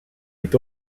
est